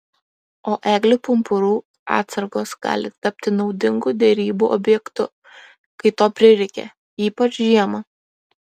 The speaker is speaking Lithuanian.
o eglių pumpurų atsargos gali tapti naudingu derybų objektu kai to prireikia ypač žiemą